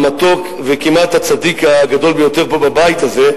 המתוק וכמעט הצדיק הגדול ביותר פה בבית הזה,